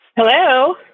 Hello